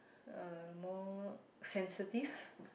are more sensitive